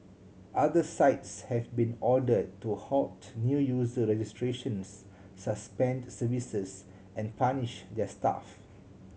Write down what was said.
other sites have been ordered to halt new user registrations suspend services and punish their staff